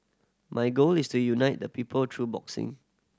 my goal is to unite the people through boxing